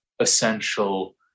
essential